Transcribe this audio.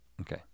Okay